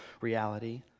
reality